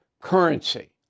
currency